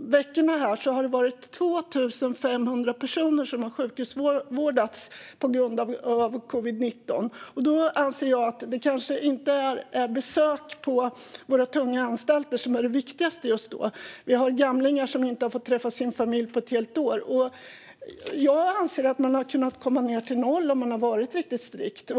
veckorna har 2 500 personer sjukhusvårdats på grund av covid-19, och då anser jag att det kanske inte är besök på våra tunga anstalter som är det viktigaste. Vi har gamlingar som inte har fått träffa sin familj på ett helt år. Jag anser att man hade kunnat komma ned till noll om man hade varit riktigt strikt.